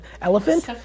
elephant